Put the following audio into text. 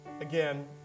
again